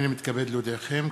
הנני מתכבד להודיעכם,